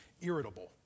irritable